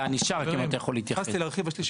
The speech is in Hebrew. אתה יכול להתייחס?